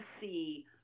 see